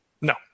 No